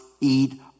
eat